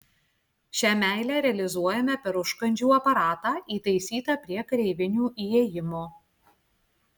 šią meilę realizuojame per užkandžių aparatą įtaisytą prie kareivinių įėjimo